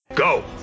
Go